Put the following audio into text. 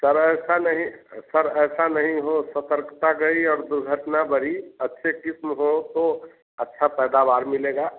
sir ऐसा नहीं sir ऐसा नहीं हो सतर्कता गई और दुर्घटना बड़ी अच्छे क़िस्म बोओ तो अच्छी पैदावार मिलेगी